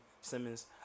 Simmons